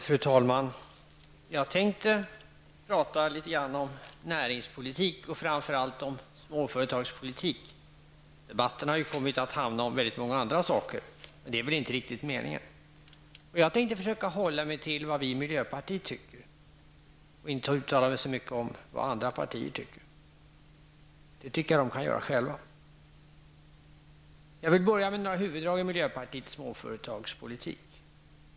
Fru talman! Jag tänkte tala litet grand om näringspolitik och framför allt om småföretagspolitik. Debatten har ju kommit att handla om väldigt många andra saker, men det är väl inte riktigt meningen. Jag tänkte försöka hålla mig till vad vi i miljöpartiet tycker och inte uttala mig så mycket om vad andra partier tycker, det kan de göra själva. Jag vill börja med några huvuddrag i miljöpartiets småföretagspolitik.